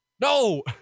No